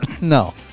No